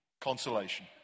consolation